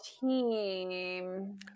team